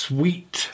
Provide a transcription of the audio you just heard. Sweet